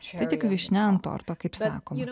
tai tik vyšnia ant torto kaip sakoma